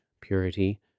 purity